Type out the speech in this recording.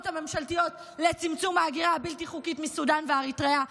הממשלתיות לצמצום ההגירה הבלתי-חוקית מסודאן ואריתריאה